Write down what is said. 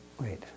wait